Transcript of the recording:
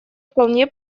вполне